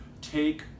take